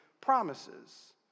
promises